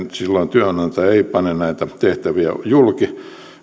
silloin työnantaja ei pane näitä tehtäviä julki